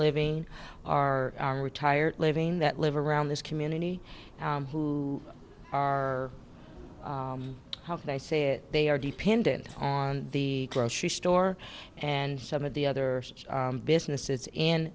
living are retired living that live around this community who are how can i say they are dependent on the grocery store and some of the other businesses in